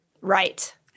Right